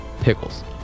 Pickles